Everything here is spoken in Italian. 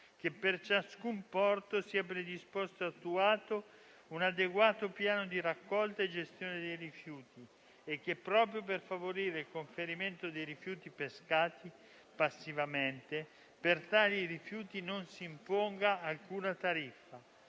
che per ciascun porto sia predisposto e attuato un adeguato piano di raccolta e gestione dei rifiuti e che, proprio per favorire il conferimento dei rifiuti pescati passivamente, per tali rifiuti non si imponga alcuna tariffa,